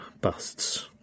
busts